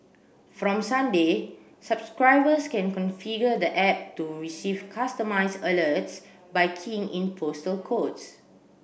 from Sunday subscribers can configure the app to receive customised alerts by keying in postal codes